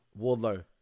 Wardlow